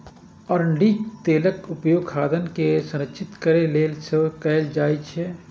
अरंडीक तेलक उपयोग खाद्यान्न के संरक्षित करै लेल सेहो कैल जाइ छै